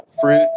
fruit